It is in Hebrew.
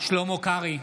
שלמה קרעי,